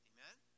Amen